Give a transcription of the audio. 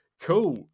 cool